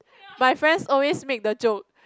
my friends always make the joke